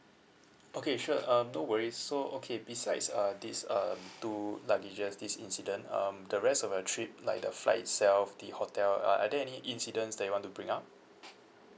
okay sure um no worries so okay besides uh these um two luggages this incident um the rest of your trip like the flight itself the hotel uh are there any incidents that you want to bring up